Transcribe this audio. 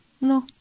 no